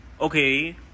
Okay